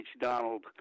Donald